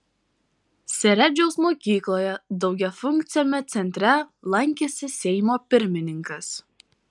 seredžiaus mokykloje daugiafunkciame centre lankėsi seimo pirmininkas